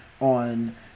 on